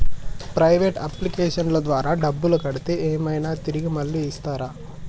Private అప్లికేషన్ల ద్వారా డబ్బులు కడితే ఏమైనా తిరిగి మళ్ళీ ఇస్తరా?